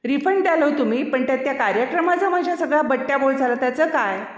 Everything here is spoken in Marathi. रिफंड द्याल तुम्ही पण त्या कार्यक्रमाचा माझ्या सगळ्या बट्ट्या बोल झालं त्याचं काय